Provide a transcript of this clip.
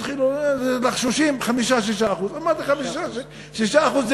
התחילו לחשושים, 5%, 6%. אמרתי: 5%, 6%?